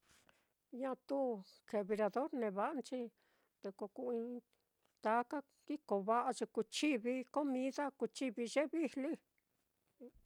Ñatu rador neva'anchi, te ko ku taka kikova'a ye kuu chivi comida, kuu chivi ye vijli.